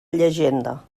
llegenda